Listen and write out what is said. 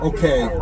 Okay